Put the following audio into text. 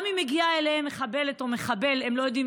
וגם אם מגיעים אליהם מחבלת או מחבל הם לא יודעים